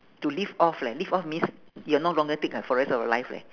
to live off leh live off means you are no longer take eh for the rest of your life leh